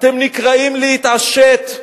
אתם נקראים להתעשת,